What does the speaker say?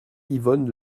yvonne